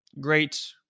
Great